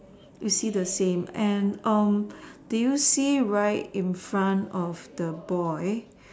you see the same and um do you see right in front of the boy